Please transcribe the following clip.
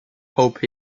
hope